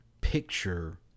picture